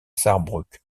sarrebruck